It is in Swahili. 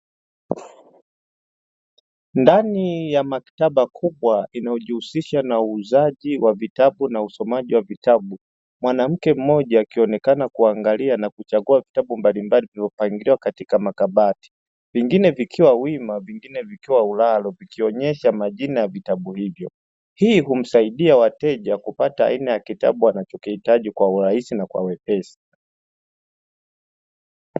Ndani ya maktaba kubwa inayojihusisha na uuzaji wa vitabu na usomaji wa vitabu, mwanamke mmoja akionekana kuangalia na kuchagua vitabu mbalimbli vilivyopangiliwa katika makabati, vingine vikiwa wima vingine vikiwa ulalo vikionyesha majina ya vitabu hivyo, hii husaidia wateja kupata aina ya kitabu anachokihitaji kwa urahisi na kwa wepesi.